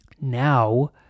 Now